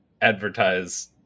advertise